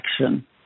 action